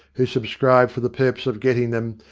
who subscribed for the purpose of getting them,